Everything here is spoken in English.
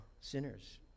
sinners